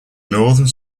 northern